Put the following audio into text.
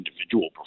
individual